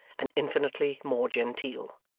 and infinitely more genteel.